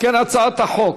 אם כן, הצעת החוק